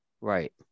Right